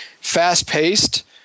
fast-paced